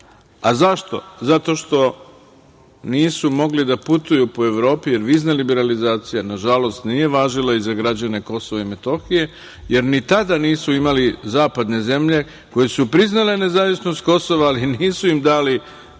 Zašto? Zato što nisu mogli da putuju po Evropi, jer vizna liberalizacija, nažalost, nije važila i za građane Kosova i Metohije, jer ni tada nisu imale zapadne zemlje koje su priznale nezavisnost Kosova, ali nisu im dali da